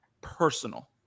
personal